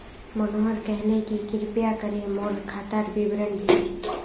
मनोहर कहले कि कृपया करे मोर खातार विवरण भेज